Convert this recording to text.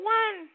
one